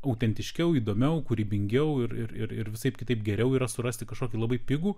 autentiškiau įdomiau kūrybingiau ir ir visaip kitaip geriau yra surasti kažkokį labai pigų